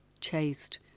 chaste